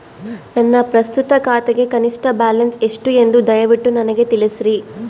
ನನ್ನ ಪ್ರಸ್ತುತ ಖಾತೆಗೆ ಕನಿಷ್ಠ ಬ್ಯಾಲೆನ್ಸ್ ಎಷ್ಟು ಎಂದು ದಯವಿಟ್ಟು ನನಗೆ ತಿಳಿಸ್ರಿ